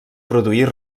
produir